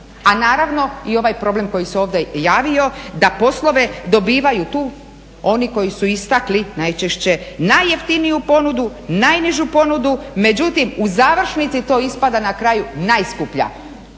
A naravno i ovaj problem koji se ovdje javio da poslove dobivaju tu oni koji su istakli najčešće najjeftiniju ponudu, najnižu ponudu. Međutim u završnici to ispada na kraju najskuplja,